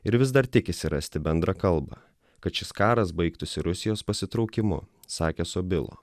ir vis dar tikisi rasti bendrą kalbą kad šis karas baigtųsi rusijos pasitraukimu sakė sobilo